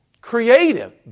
creative